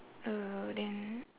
uh then